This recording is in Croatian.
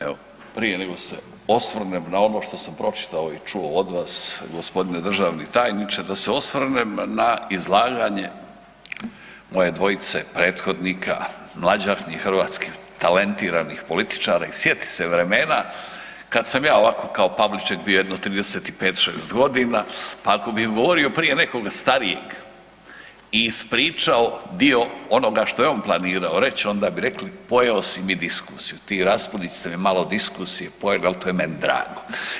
Evo, prije nego se osvrnem na ono što sam pročitao i čuo od vas, g. državni tajniče, da se osvrnem na izlaganje moje dvojice prethodnika, mlađahnih hrvatskih talentiranih političara i sjetit se vremena kad sam ja ovako kao Pavliček bio jedno 35, 6 godina pa ako bi govorio prije nekoga starijeg, i ispričao dio onoga što je on planirao reći, onda bi rekli pojeo si mi diskusiju, ti i Raspudić ste mi malo diskusije pojeli, ali to je meni drago.